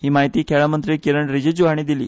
ही म्हायती खेळ मंत्री किरेन रिजीजू हांणी दिली